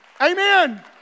Amen